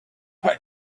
hey